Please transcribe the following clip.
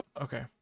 Okay